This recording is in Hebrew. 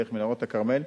דרך מנהרות הכרמל,